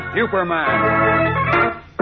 Superman